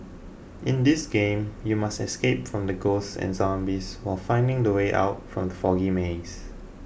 in this game you must escape from the ghosts and zombies while finding the way out from the foggy maze